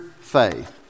faith